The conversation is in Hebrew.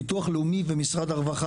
ביטוח לאומי ומשרד הרווחה,